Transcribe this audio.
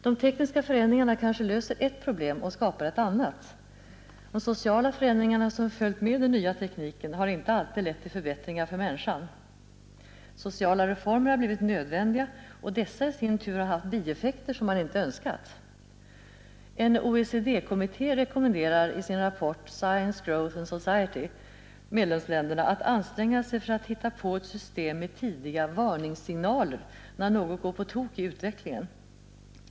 De tekniska förändringarna kanske löser ett problem och skapar ett annat. De sociala förändringarna som följt med den nya tekniken har inte alltid lett till förbättringar för människan. Sociala reformer har blivit nödvändiga och dessa i sin tur har haft bieffekter, som man inte önskat. En OECD-kommitté rekommenderar i sin rapport ”Science, Growth and Society” medlemsländerna att anstränga sig för att hitta på ett system med tidiga varningssignaler när något går på tok i utvecklingen.